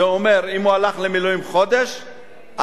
זה אומר שאם הוא הלך לחודש מילואים,